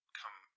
come